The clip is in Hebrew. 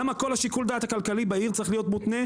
למה כל שיקול הדעת הכלכלי בעיר צריך להיות מותנה,